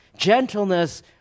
Gentleness